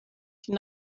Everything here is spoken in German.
die